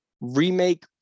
remake